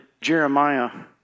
Jeremiah